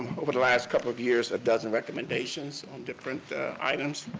over the last couple of years, a dozen recommendations on different items,